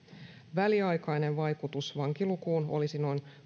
väliaikainen vaikutus vankilukuun olisi noin